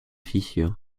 fissure